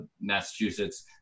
massachusetts